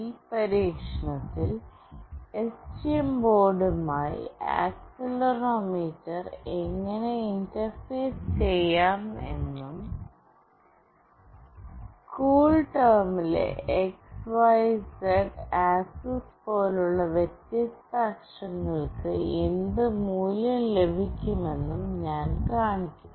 ഈ പരീക്ഷണത്തിൽ എസ്ടിഎം ബോർഡുമായി ആക്സിലറോമീറ്റർ എങ്ങനെ ഇന്റർഫേസ് ചെയ്യാമെന്നും കൂൾടെർമിലെ x y z ആക്സിസ് പോലുള്ള വ്യത്യസ്ത അക്ഷങ്ങൾക്ക് എന്ത് മൂല്യം ലഭിക്കുമെന്നും ഞാൻ കാണിക്കും